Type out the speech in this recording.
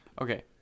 Okay